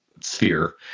sphere